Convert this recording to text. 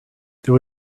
there